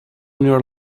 your